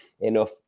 enough